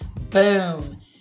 boom